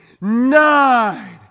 Nine